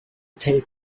take